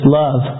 love